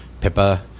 Pippa